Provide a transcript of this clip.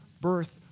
birth